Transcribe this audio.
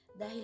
Dahil